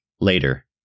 Later